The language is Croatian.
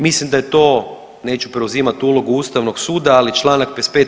Mislim da je to, neću preuzimati ulogu Ustavnog suda ali članak 55.